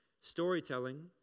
Storytelling